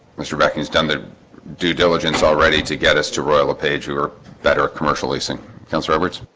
mr. becky has done the due diligence already to get us to royal a page or better commercial leasing councillor robertson